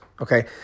okay